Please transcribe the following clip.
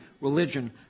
religion